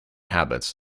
habits